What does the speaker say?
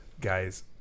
Guys